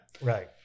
Right